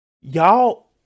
Y'all